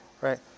Right